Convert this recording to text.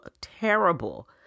terrible